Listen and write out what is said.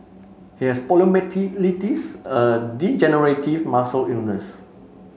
he has poliomyelitis a degenerative muscle illness